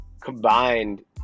combined